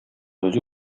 өзү